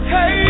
Hey